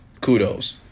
Kudos